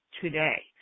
today